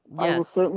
Yes